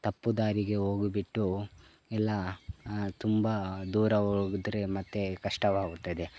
ತಪ್ಪು ದಾರಿಗೆ ಹೋಗಿಬಿಟ್ಟು ಇಲ್ಲ ತುಂಬ ದೂರ ಹೋಗಿದ್ದರೆ ಮತ್ತೆ ಕಷ್ಟವಾಗುತ್ತದೆ